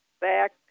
back